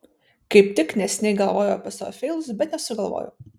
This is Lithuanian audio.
kaip tik neseniai galvojau apie savo feilus bet nesugalvojau